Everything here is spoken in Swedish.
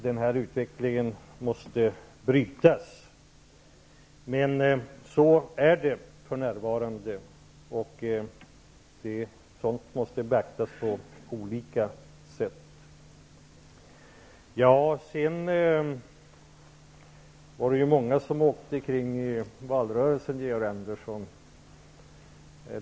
Denna utveckling måste brytas. Men så är situationen för närvarande, och det måste beaktas på olika sätt. Det var många som åkte runt i valrörelsen, Georg Andersson.